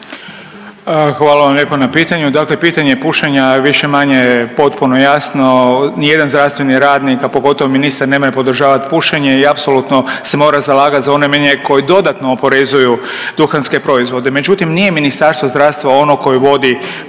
Hvala vam lijepo na pitanju. Dakle pitanje pušenja više-manje je potpuno jasno, nijedan zdravstveni radnik, a pogotovo ministar ne može podržavati pušenje i apsolutno se mora zalagati za .../Govornik se ne razumije./... koji dodatno oporezuju duhanske proizvode, međutim, nije Ministarstvo zdravstvo ono koje vodi poreznu